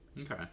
Okay